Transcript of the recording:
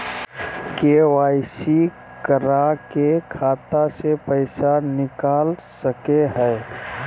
KYC करा के खाता से पैसा निकल सके हय?